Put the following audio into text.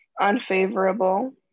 Unfavorable